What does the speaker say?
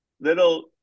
little